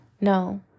No